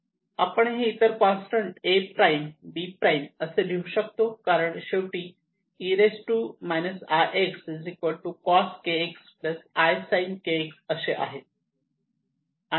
आपण हे इतर constant A prime B prime असे लिहू शकतो कारण शेवटी e ikx cos kx i sin kx असे आहे